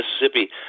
Mississippi